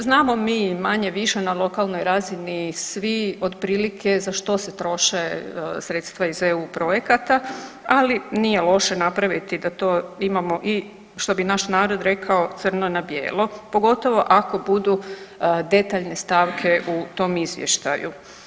Znamo mi manje-više na lokalnoj razni svi otprilike za što se troše sredstva iz EU projekata, ali nije loše napraviti da to imamo i što bi naš narod rekao crno na bijelo pogotovo ako budu detaljne stavke u tom izvještaju.